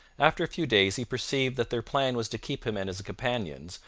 after a few days he perceived that their plan was to keep him and his companions,